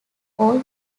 all